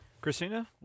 Christina